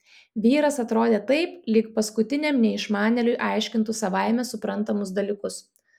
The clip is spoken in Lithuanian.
vyras atrodė taip lyg paskutiniam neišmanėliui aiškintų savaime suprantamus dalykus